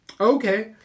Okay